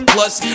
Plus